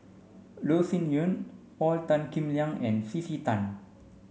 Loh Sin Yun Paul Tan Kim Liang and C C Tan